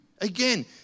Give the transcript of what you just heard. again